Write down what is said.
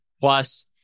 plus